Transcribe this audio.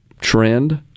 trend